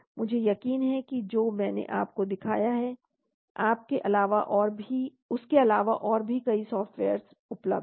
मुझे यकीन है कि जो मैंने आपको दिखाया है उसके अलावा और भी कई सॉफ्टवेयर्स उपलब्ध हैं